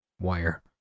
wire